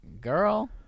Girl